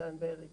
סודן ואריתריאה